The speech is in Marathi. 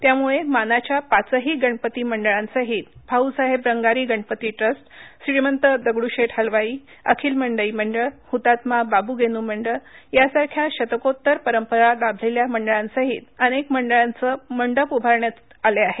त्यामुळे मानाच्या पाचही गणपती मंडळांसहीत भाऊसाहेब रंगारी गणपती ट्रस्ट श्रीमंत दगडूशेठ हलवाई अखिल मंडई मंडळ हतात्मा बाबू गेनू मंडळ यासारख्या शतकोतर परंपरा लाभलेल्या मंडळांसहीत अनेक मंडळांचे मंडप उभारण्यात आले आहेत